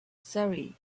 surrey